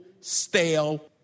stale